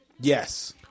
Yes